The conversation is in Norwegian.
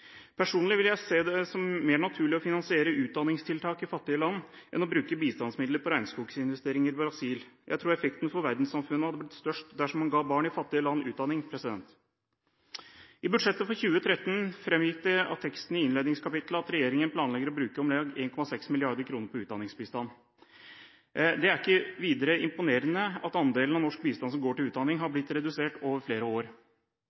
Personlig ville jeg se det som mer naturlig å finansiere utdanningstiltak i fattige land enn å bruke bistandsmidler på regnskogsinvesteringer i Brasil. Jeg tror effekten for verdenssamfunnet hadde blitt størst dersom man ga barn i fattige land utdanning. I budsjettet for 2013 framgikk det av teksten i innledningskapitlet at regjeringen planlegger å bruke om lag 1,6 mrd. kr på utdanningsbistand. Det er ikke videre imponerende at andelen av norsk bistand som går til utdanning, har blitt redusert over flere år.